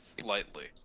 slightly